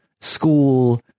school